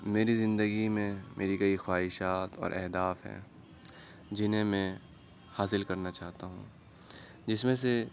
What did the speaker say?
میری زندگی میں میری کئی خواہشات اور اہداف ہیں جنہیں میں حاصل کرنا چاہتا ہوں جس میں سے